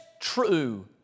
true